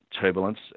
turbulence